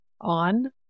on